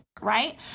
right